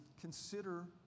consider